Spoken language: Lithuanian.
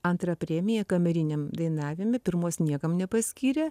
antrą premiją kameriniam dainavime pirmos niekam nepaskyrė